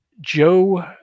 Joe